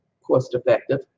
cost-effective